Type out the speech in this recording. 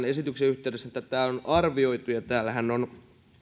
esityksen yhteydessä tätä on arvioitu ja täällähän on